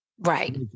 Right